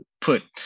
put